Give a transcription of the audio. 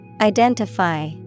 Identify